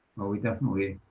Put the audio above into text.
well, we definitely